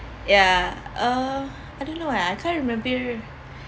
yeah uh I don't know I I can't remember